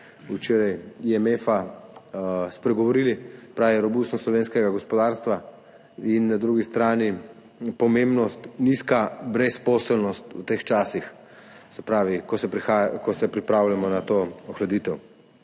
IMF, se pravi robustnost slovenskega gospodarstva in na drugi strani pomembnost nizke brezposelnosti v teh časih, se pravi, ko se pripravljamo na to ohladitev.